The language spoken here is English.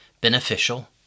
beneficial